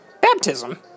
Baptism